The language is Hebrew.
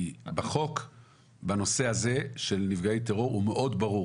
כי החוק בנושא הזה של נפגעי טרור הוא מאוד ברור,